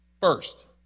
first